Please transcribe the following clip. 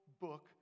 book